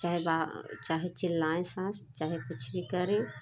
चाहे बा चाहे चिल्लाए साँस चाहे कुछ भी करे